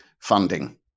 funding